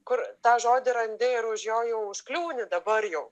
kur tą žodį randi ir už jo jau užkliūni dabar jau